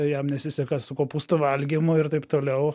jam nesiseka su kopūstų valgymu ir taip toliau